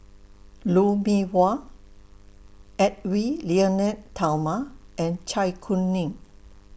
Lou Mee Wah Edwy Lyonet Talma and Zai Kuning